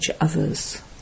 others